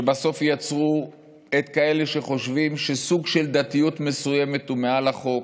שבסוף יצרו כאלה שחושבים שסוג של דתיות מסוימת היא מעל החוק.